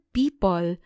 people